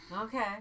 okay